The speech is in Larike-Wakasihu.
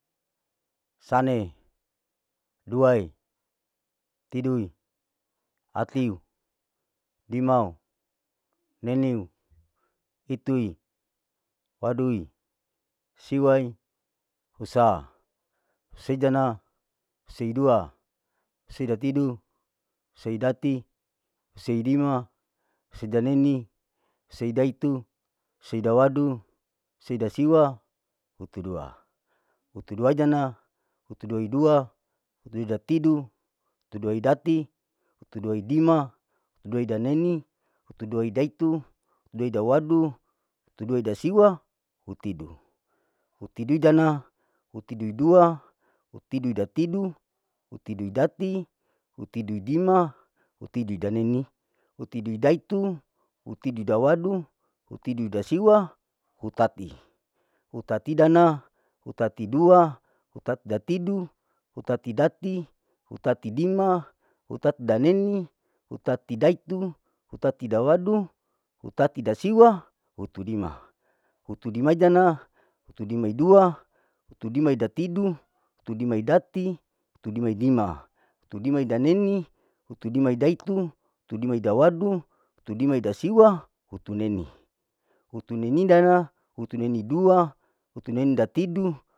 Sane, duae, tidui, atiu, limau, nenui, itui, wadui, siwai, husa, seidana, seidua, seidatidu, seidati, seidima, seidaneni, seidaitu, seidawadu seidasiwa, hutudua, hutuduaidana, hutuduidua, hutuidatidu, hutuduidati, hutuduidima, hutuduadaneni, hutudua daitu, hitiduadawadu, huduadasiwa, hutidu, hutudidana, hutuduidua, hutidudatidu, hutuduidati, hutuduidima, hitidudaneni, hutidudaitu, hutidudawaddu, hutidudasiwa, hutati, hutatidana, hutatidua, hutatidatidu, hutatidati, hutatidima, hutatidaneni, hutatidaitu, hutatidawaddu, hutatidasiwa, hutudima, hutudimaiidana, hutudimaidua, hutudimaidatidu, hutudimaidati, hutudimaidima, hutudimadaneni, hutudimadaitu, hutudidawaddu, hutudimadasiwa, hutuneni, hutunenidana, hutunenidua, hutunenidatidu.